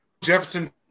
Jefferson